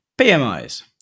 PMIs